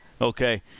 Okay